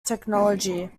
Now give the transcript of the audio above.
technology